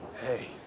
Hey